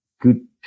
good